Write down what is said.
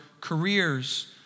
careers